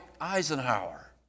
Eisenhower